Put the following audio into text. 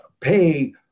pay